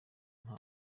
nta